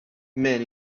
man